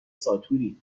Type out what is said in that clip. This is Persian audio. ساتوری